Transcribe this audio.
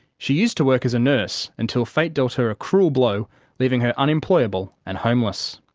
she used to work as a nurse until fate dealt her a cruel blow leaving her unemployable and homeless.